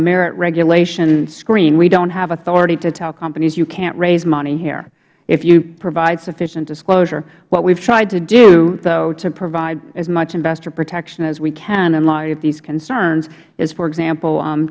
merit regulation screen we don't have authority to tell companies you can't raise money here if you provide sufficient disclosure what we've tried to do though to provide as much investor protection as we can in light of these concerns is for example